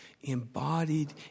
embodied